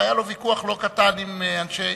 והיה לו ויכוח לא קטן עם אנשי,